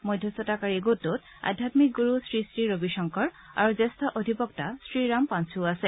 মধ্যস্থতাকাৰী গোটটোত আধ্যামিক গুৰু শ্ৰী শ্ৰী ৰবিশংকৰ আৰু জ্যেষ্ঠ অধিবক্তা শ্ৰীৰাম পাঞ্চুও আছে